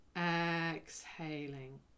exhaling